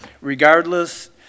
regardless